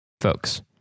folks